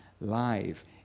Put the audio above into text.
live